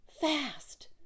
fast